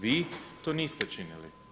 Vi to niste činili.